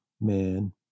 man